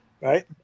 right